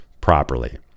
properly